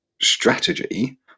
strategy